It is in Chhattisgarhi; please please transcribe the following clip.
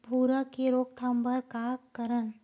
भूरा के रोकथाम बर का करन?